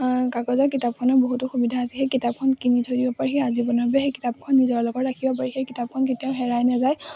কাগজৰ কিতাপখনৰ বহুতো সুবিধা আছে সেই কিতাপখন কিনি থৈ দিব পাৰি আজীৱনভাবে সেই কিতাপখন নিজৰ লগত ৰাখিব পাৰি সেই কিতাপখন কেতিয়াও হেৰাই নেযায়